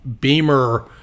Beamer